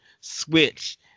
Switch